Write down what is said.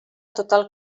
total